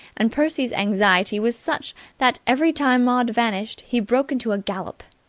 and percy's anxiety was such that, every time maud vanished, he broke into a gallop.